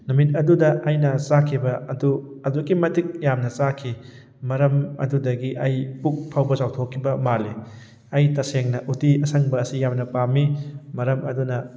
ꯅꯨꯃꯤꯠ ꯑꯗꯨꯗ ꯑꯩꯅ ꯆꯥꯈꯤꯕ ꯑꯗꯨ ꯑꯗꯨꯛꯀꯤ ꯃꯇꯤꯛ ꯌꯥꯝꯅ ꯆꯥꯈꯤ ꯃꯔꯝ ꯑꯗꯨꯗꯒꯤ ꯑꯩ ꯄꯨꯛ ꯐꯥꯎꯕ ꯆꯥꯎꯊꯣꯛꯈꯤꯕ ꯃꯥꯜꯂꯤ ꯑꯩ ꯇꯁꯦꯡꯅ ꯎꯇꯤ ꯑꯁꯪꯕ ꯑꯁꯤ ꯌꯥꯝꯅ ꯄꯥꯝꯃꯤ ꯃꯔꯝ ꯑꯗꯨꯅ